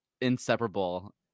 inseparable